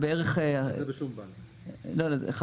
זה